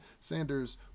Sanders